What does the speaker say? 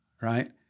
right